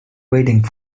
waiting